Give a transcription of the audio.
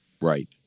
right